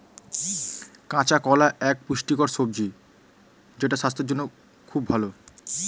কাঁচা কলা এক পুষ্টিকর সবজি যেটা স্বাস্থ্যের জন্যে খুব ভালো